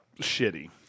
shitty